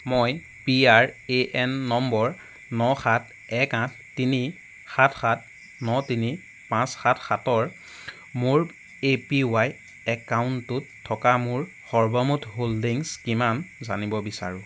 মই P R A N নম্বৰ ন সাত এক আঠ তিনি সাত সাত ন তিনি পাঁচ সাত সাতৰ মোৰ এ পি ৱাই একাউণ্টটোত থকা মোৰ সৰ্বমুঠ হোল্ডিংছ কিমান জানিব বিচাৰোঁ